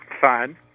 fine